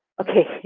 Okay